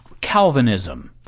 Calvinism